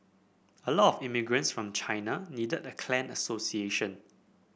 a lot of immigrants from China needed a clan association